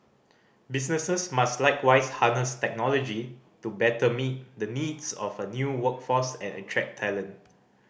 businesses must likewise harness technology to better meet the needs of a new workforce and attract talent